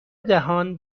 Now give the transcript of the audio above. دهان